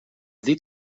dit